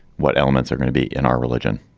what elements are going to be in our religion?